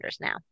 now